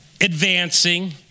advancing